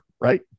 Right